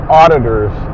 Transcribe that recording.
auditors